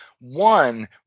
One